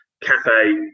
cafe